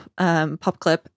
PopClip